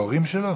ההורים שלו?